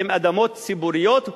הן אדמות ציבוריות,